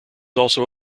also